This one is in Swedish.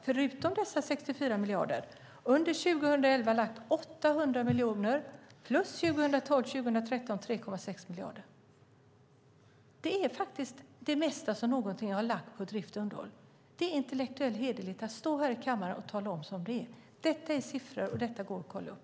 Förutom dessa 64 miljarder har vi lagt 800 miljoner under 2011 och 3,6 miljarder 2012-2013. Det är faktiskt det mesta som någonsin har lagts på drift och underhåll. Det är intellektuellt hederligt att stå här i kammaren och tala om som det är. Detta är siffror, och de går att kolla upp.